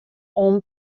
oan